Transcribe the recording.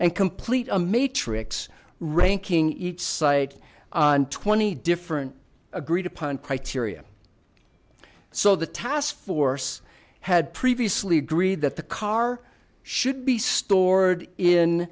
and complete a matrix ranking each site on twenty different agreed upon criteria so the task force had previously agreed that the car should be stored in